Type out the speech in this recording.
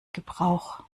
gebrauch